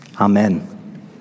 Amen